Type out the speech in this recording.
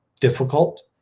difficult